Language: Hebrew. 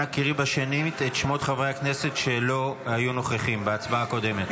אנא קראי שנית את שמות חברי הכנסת שלא היו נוכחים בהצבעה הקודמת.